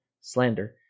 slander